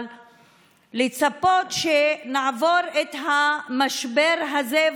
אבל לצפות שנעבור את המשבר הזה,